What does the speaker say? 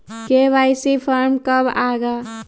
KYC form कब आए गा?